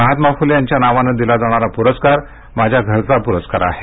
महात्मा फुले यांच्या नावानं दिला जाणारा पुरस्कार माझ्या घरचा पुरस्कार आहे